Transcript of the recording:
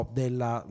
della